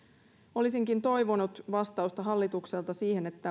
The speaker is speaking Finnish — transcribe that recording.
olisinkin toivonut vastausta hallitukselta siihen